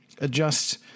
adjust